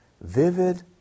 Vivid